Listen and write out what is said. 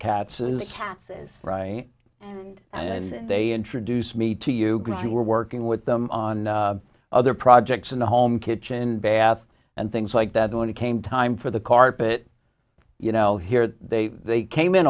is the cats is right and and they introduce me to you because you're working with them on other projects in the home kitchen baths and things like that when it came time for the carpet you know here they they came in